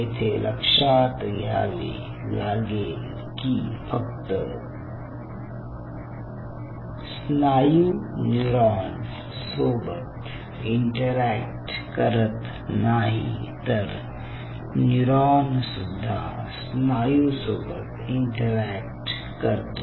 येथे लक्षात घ्यावे लागेल की फक्त स्नायू न्यूरॉन सोबत इंटरॅक्ट करत नाही तर न्यूरॉन सुद्धा स्नायू सोबत इंटरॅक्ट करतो